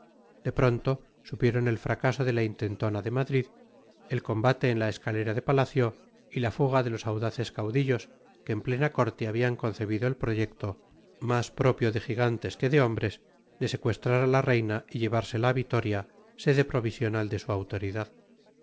de pronto supieron el fracaso de la intentona de madrid el combate en la escalera de palacio y la fuga de los audaces caudillos que en plena corte habían concebido el proyecto más propio de gigantes que de hombres de secuestrar a la reina y llevársela a vitoria sede provisional de su autoridad